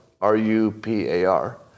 R-U-P-A-R